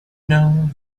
know